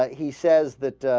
he says that ah.